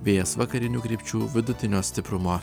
vėjas vakarinių krypčių vidutinio stiprumo